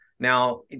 Now